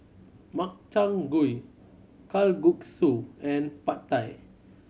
Makchang Gui Kalguksu and Pad Thai